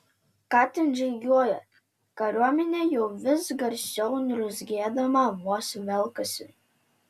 ką ten žygiuoja kariuomenė jau vis garsiau niurzgėdama vos velkasi